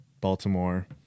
Baltimore